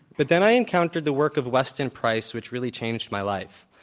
but then i encountered the work of weston price, which really changed my life.